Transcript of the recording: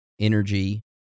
energy